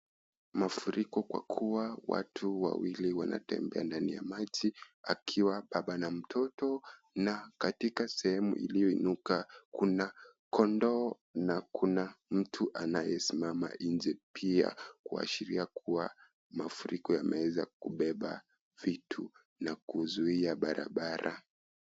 Mafuriko kwa kuwa watu wawili wanatembea ndani ya maji, akiwa Baba na mtoto. Na katika sehemu iliyoinuka, kuna kondoo na kuna mtu anayesimama nje , pia kuashiria kuwa mafuriko yameweza kubeba vitu na kuzuia barabara.